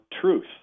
truth